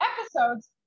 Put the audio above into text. episodes